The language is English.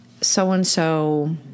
so-and-so